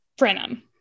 frenum